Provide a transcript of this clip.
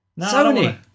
Sony